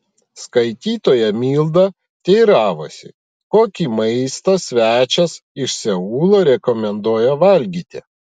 skaitytoja milda teiravosi kokį maistą svečias iš seulo rekomenduoja valgyti